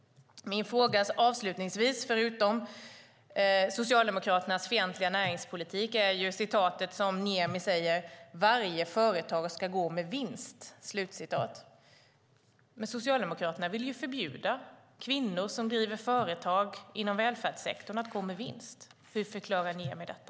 Min fråga avslutningsvis, förutom om Socialdemokraternas fientliga näringspolitik, gäller det som Niemi säger: "Varje företag ska gå med vinst." Men Socialdemokraterna vill ju förbjuda kvinnor som driver företag inom välfärdssektorn att gå med vinst. Hur förklarar Niemi detta?